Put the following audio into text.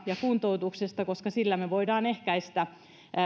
ja kuntoutuksesta koska sillä me voimme vaikuttaa siihen